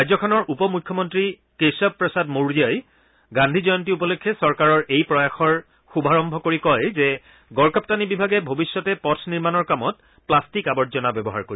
ৰাজ্যখনৰ উপ মুখ্যমন্ত্ৰী কেশৱ প্ৰসাদ মৌৰ্যই গান্ধী জয়ন্তী উপলক্ষে চৰকাৰৰ এই প্ৰয়াসৰ শুভাৰম্ভ কৰি কয় যে গড্কাপ্তানী বিভাগে ভৱিষ্যতে পথ নিৰ্মানৰ কামত প্লাট্টিক আৱৰ্জনা ব্যৱহাৰ কৰিব